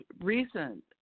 recent